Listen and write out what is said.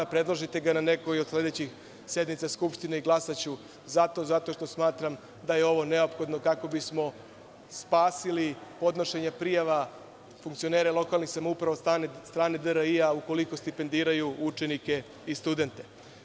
Predložite ga na nekoj od sledećih sednica Skupštine i glasaću za to, zato što smatram da je ovo neophodno kako bismo spasili podnošenje prijava funkcionera lokalnih samouprava od strane DRI ukoliko stipendiraju učenike i studente.